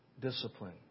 discipline